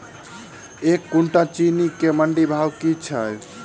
एक कुनटल चीनी केँ मंडी भाउ की छै?